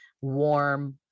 warm